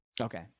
Okay